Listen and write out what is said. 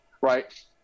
Right